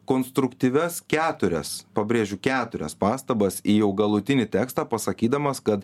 konstruktyvias keturias pabrėžiu keturias pastabas į jau galutinį tekstą pasakydamas kad